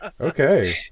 Okay